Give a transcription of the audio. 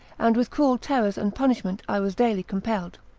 and with cruel terrors and punishment i was daily compelled.